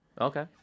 Okay